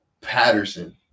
Patterson